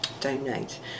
donate